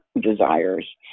desires